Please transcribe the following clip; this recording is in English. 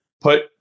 put